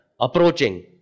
approaching